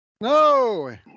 No